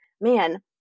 man